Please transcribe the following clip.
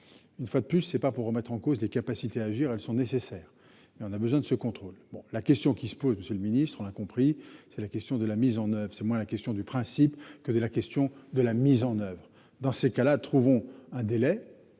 Une fois de plus, c'est pas pour remettre en cause les capacités à agir, elles sont nécessaires et on a besoin de ce contrôle. Bon, la question qui se pose, monsieur le ministre, on a compris. C'est la question de la mise en oeuvre, c'est moi la question du principe que de la question de la mise en oeuvre dans ces cas-là, trouvons un délai.